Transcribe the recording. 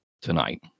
tonight